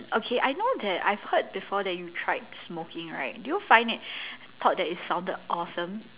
okay I know that I've heard before that you tried smoking right do you find it thought that it sounded awesome